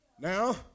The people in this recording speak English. Now